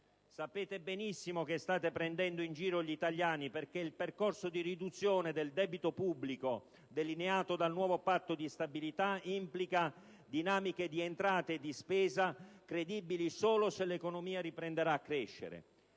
Sapete benissimo che state prendendo in giro gli italiani, perché il percorso di riduzione del debito pubblico delineato dal nuovo Patto di stabilità implica dinamiche di entrata e di spesa credibili solo se l'economia riprenderà a crescere.